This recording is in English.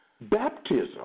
Baptism